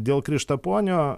dėl krištaponio